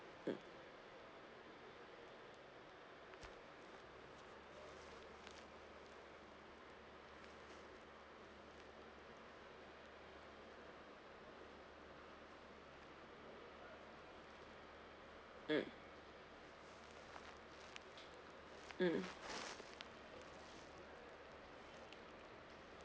mm mm mm